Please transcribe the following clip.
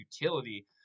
utility